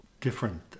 different